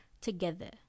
together